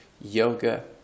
yoga